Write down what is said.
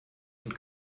und